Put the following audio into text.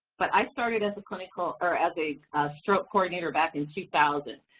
but i started as a clinical, or as a stroke coordinator back in two thousand.